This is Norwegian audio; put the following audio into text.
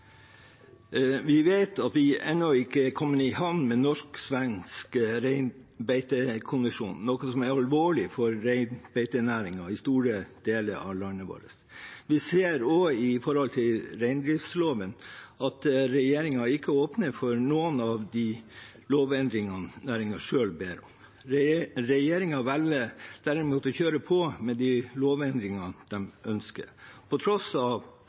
Vi vet at vi ennå ikke er kommet i havn med norsk-svensk reinbeitekonvensjon, noe som er alvorlig for reinbeitenæringen i store deler av landet vårt. Vi ser også at regjeringen ikke åpner for noen av de lovendringene i reindriftsloven som næringen selv ber om. Regjeringen velger derimot å kjøre på med de lovendringene de ønsker, på tross av